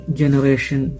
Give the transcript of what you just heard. generation